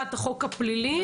הצעת החוק הפלילי?